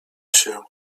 się